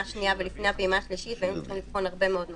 השנייה ולפני הפעימה השלישית והיינו צריכים לבחון הרבה מאוד נושאים.